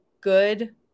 good